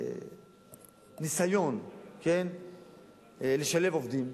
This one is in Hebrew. בירושלים היה ניסיון לשלב עובדים,